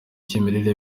cy’imirire